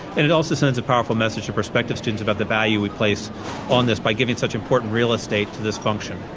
and it also sends a powerful message to prospective students about the value we place on this, by giving such important real estate to this function.